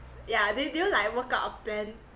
yeah do you do you like work out a plan